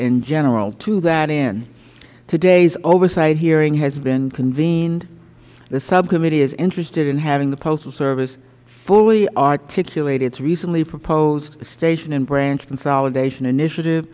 in general to that end today's oversight hearing has been convened the subcommittee is interested in having the postal service fully articulate its recently proposed station and branch consolidation initiative